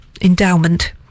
endowment